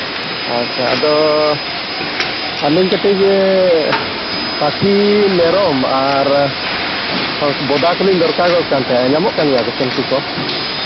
ᱟᱪᱪᱷᱟ ᱟᱫᱚ ᱟᱹᱞᱤᱧ ᱠᱟᱹᱴᱤᱡ ᱯᱟᱹᱴᱷᱤ ᱢᱮᱨᱚᱢ ᱟᱨ ᱩᱱᱠᱩ ᱵᱚᱫᱟ ᱠᱚᱞᱤᱧ ᱫᱚᱨᱠᱟᱨᱚᱜ ᱠᱟᱱ ᱛᱟᱦᱮᱸᱫ ᱧᱟᱢᱚᱜ ᱠᱟᱱ ᱜᱮᱭᱟ ᱠᱚᱥᱮ ᱩᱱᱠᱩ ᱠᱚ